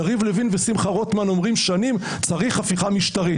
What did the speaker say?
יריב לוין ושמחה רוטמן אומרים שנים שצריך הפיכה משטרית,